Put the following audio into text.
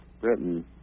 Britain